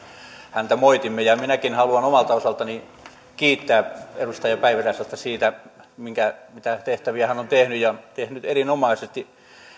häntä moitimme ja minäkin haluan omalta osaltani kiittää edustaja päivi räsästä siitä mitä tehtäviä hän on tehnyt ja tehnyt erinomaisesti